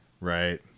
Right